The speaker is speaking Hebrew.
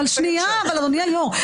אבל שניה אבל אדוני היו"ר,